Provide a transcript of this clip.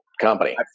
company